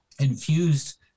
infused